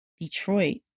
Detroit